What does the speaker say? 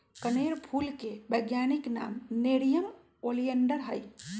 कनेर फूल के वैज्ञानिक नाम नेरियम ओलिएंडर हई